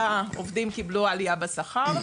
העובדים קיבלו עליה בשכר,